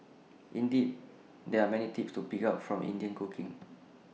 indeed there are many tips to pick up from Indian cooking